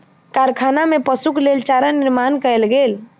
कारखाना में पशुक लेल चारा निर्माण कयल गेल